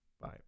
Bye